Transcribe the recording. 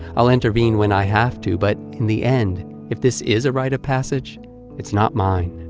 i'll intervene when i have to, but, in the end if this is a rite of passage it's not mine.